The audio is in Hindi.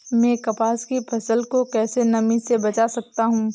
मैं कपास की फसल को कैसे नमी से बचा सकता हूँ?